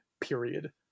period